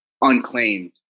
unclaimed